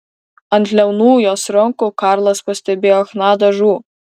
ant liaunų jos rankų karlas pastebėjo chna dažų